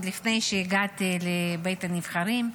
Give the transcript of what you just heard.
עוד לפני שהגעתי לבית הנבחרים.